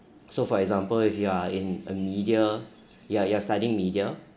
so for example if you are in a media you you're studying media